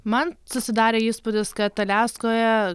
man susidarė įspūdis kad aliaskoje